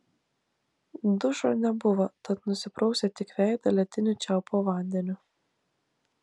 dušo nebuvo tad nusiprausė tik veidą lediniu čiaupo vandeniu